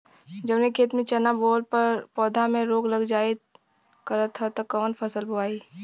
जवने खेत में चना बोअले पर पौधा में रोग लग जाईल करत ह त कवन फसल बोआई?